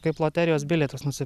kaip loterijos bilietus nusi